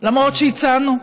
למרות שהצענו,